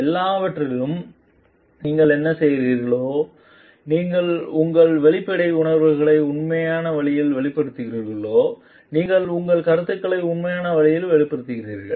எவ்வாறாயினும் நீங்கள் என்ன செய்கிறீர்களோ நீங்கள் உங்கள் வெளிப்படையான உணர்வுகளை உண்மையான வழியில் வெளிப்படுத்துகிறீர்கள் you நீங்கள் உங்கள் கருத்துக்களை உண்மையான வழியில் வெளிப்படுத்துகிறீர்கள்